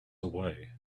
away